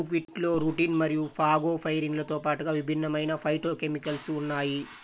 బుక్వీట్లో రుటిన్ మరియు ఫాగోపైరిన్లతో పాటుగా విభిన్నమైన ఫైటోకెమికల్స్ ఉన్నాయి